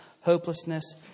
hopelessness